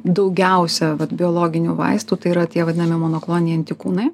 daugiausia vat biologinių vaistų tai yra tie vadinami monokloniniai antikūnai